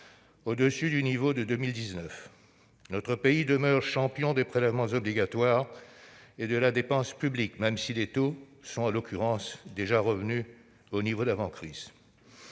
au-dessus du niveau de 2019. Notre pays demeure le champion des prélèvements obligatoires et de la dépense publique, même si les taux sont, en l'occurrence, déjà revenus au niveau d'avant-crise.